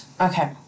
Okay